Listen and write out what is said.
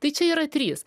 tai čia yra trys